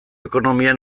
ekonomia